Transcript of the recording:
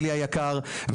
אלי היקר,